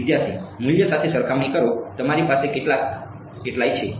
વિદ્યાર્થી મૂલ્ય સાથે સરખામણી કરો તમારી પાસે કેટલાંક કેટલા છે